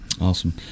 awesome